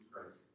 Christ